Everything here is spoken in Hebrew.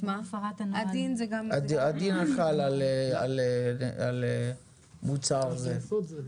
הדין החל על מוצר זה.